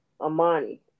Amani